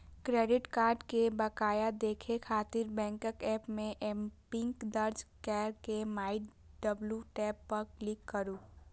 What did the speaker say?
credit card के बकाया देखै खातिर बैंकक एप मे एमपिन दर्ज कैर के माइ ड्यू टैब पर क्लिक करू